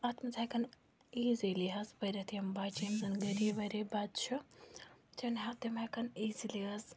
اَتھ منٛز ہٮ۪کَن ایٖزیٖلی حظ پٔرِتھ یِم بَچہٕ یِم زَن غریٖب ؤریٖب بَچہِ چھِ تِنہٕ ہا تِم ہٮ۪کَن ایٖزیٖلی حظ